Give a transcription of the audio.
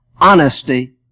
honesty